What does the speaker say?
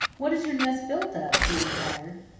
what is your nest built of? he inquired.